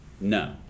No